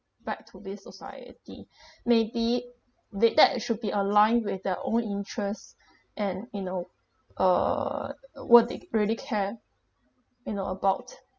back to the society maybe the that should be aligned with their own interests and you know uh uh what they really care you know about